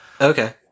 Okay